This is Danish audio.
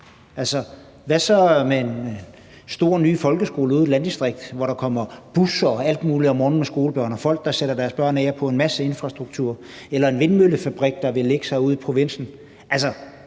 Hvad så med en stor ny folkeskole ude i et landdistrikt, hvor der kommer busser og alt muligt om morgenen med skolebørn og folk, der sætter deres børn af, hvilket skaber en masse infrastruktur, eller hvad med en vindmøllefabrik, man vil lægge ude i provinsen?